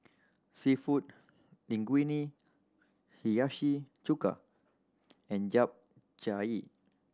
Seafood Linguine Hiyashi Chuka and Japchae